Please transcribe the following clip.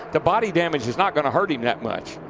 the body damage is not going to hurt him that much.